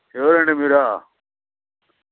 ఎవరండి మీరు